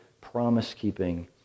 promise-keeping